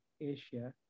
Asia